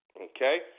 Okay